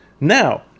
now